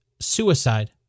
suicide